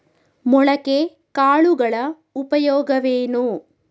ಮೊಳಕೆ ಕಾಳುಗಳ ಉಪಯೋಗವೇನು?